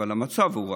אבל המצב הוא רע.